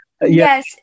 Yes